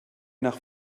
nach